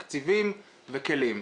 תקציבים וכלים.